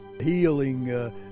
healing